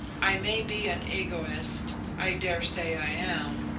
i may be an egoist i dare say i am.